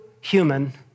human